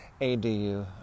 ADU